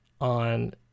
on